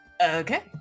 Okay